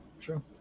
True